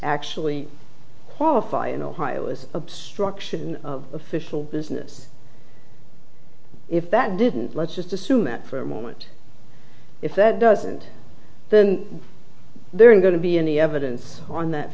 actually qualify in ohio as obstruction official business if that didn't let's just assume that for a moment if that doesn't then there is going to be any evidence on that